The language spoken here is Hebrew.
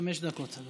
חמש דקות.